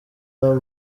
that